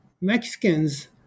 Mexicans